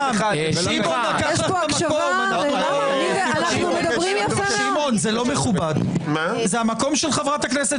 לשמור על זכותו של חבר הכנסת